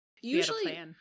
Usually